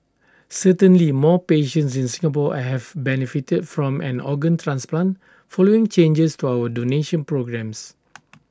certainly more patients in Singapore I have benefited from an organ transplant following changes to our donation programmes